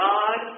God